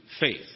faith